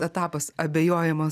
etapas abejojimo